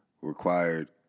required